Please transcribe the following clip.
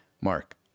Mark